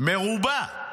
מרובע.